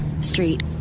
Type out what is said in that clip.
Street